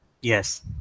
yes